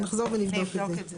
נחזור ונבדוק את זה.